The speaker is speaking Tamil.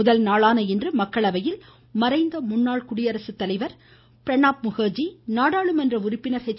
முதல் நாளான இன்று மக்களவையில் மறைந்த முன்னாள் குடியரசு தலைவர் பிரணாப் முகர்ஜி நாடாளுமன்ற உறுப்பினர் ர்